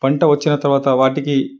పంట వచ్చిన తర్వాత వాటికి